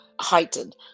heightened